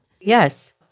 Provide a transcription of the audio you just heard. Yes